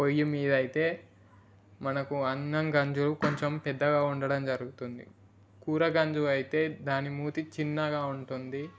పొయ్యి మీద అయితే మనకు అన్నం గంజు కొంచెం పెద్దగా ఉండటం జరుగుతుంది కూర గంజు అయితే దాని మూతి చిన్నగా ఉంటుంది